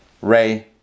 Ray